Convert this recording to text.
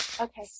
Okay